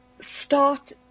start